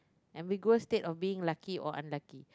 ambiguous state of being lucky or unlucky